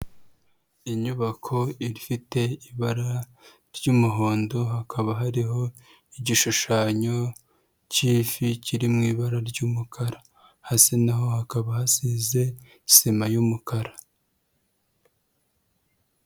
Inyubako ifite ibara ry'umuhondo, hakaba hariho igishushanyo cy'ifi kiri mu ibara ry'umukara. Hasi na ho hakaba hasize sima y'umukara.